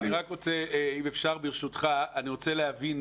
אם אפשר ברשותך, אני רוצה להבין.